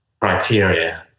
criteria